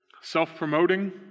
self-promoting